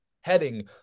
heading